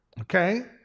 Okay